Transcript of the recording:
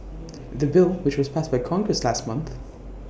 the bill which was passed by congress last month